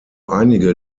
einige